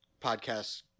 podcast